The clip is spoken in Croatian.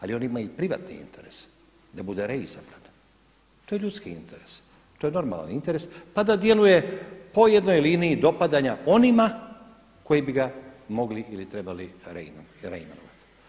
Ali on ima i privatni interes da bude reizabran, to je ljudski interes, to je normalan interes pa da djeluje po jednoj liniji dopadanja onima koji bi ga mogli ili trebali reimenovati.